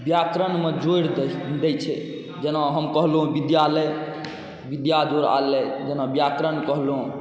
व्याकरणमे जोड़ि दै छै जेना हम कहलहुँ विद्यालय विद्या जोड़ आलय जेना व्याकरण कहलहुँ